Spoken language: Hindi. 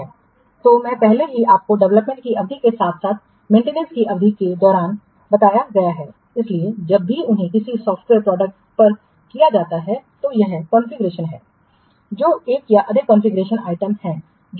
तो मैं पहले से ही आपको डेवलपमेंट की अवधि के साथ साथ मेंटेनेंस की अवधि के दौरान बताया गया है इसलिए जब भी उन्हें किसी सॉफ़्टवेयर प्रोडक्ट पर किया जाता है तो यह कॉन्फ़िगरेशन है जो एक या अधिक कॉन्फ़िगरेशन आइटम हैं जो वे बदलते रहते हैं